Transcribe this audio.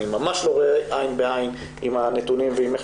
אני ממש לא רואה עין בעין עם הנתונים ועם איך